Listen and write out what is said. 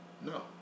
No